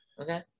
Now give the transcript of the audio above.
Okay